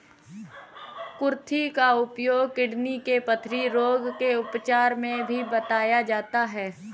कुर्थी का उपयोग किडनी के पथरी रोग के उपचार में भी बताया जाता है